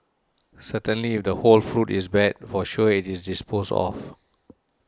certainly if the whole fruit is bad for sure it is disposed of